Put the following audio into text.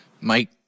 Mike